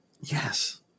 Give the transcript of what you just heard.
Yes